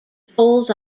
folds